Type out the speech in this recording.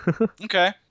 Okay